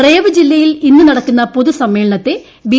റേവ ജില്ലയിൽ ഇന്ന് നടക്കുന്ന പൊതു സമ്മേളനത്തെ ബി